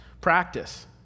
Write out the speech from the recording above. practice